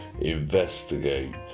Investigate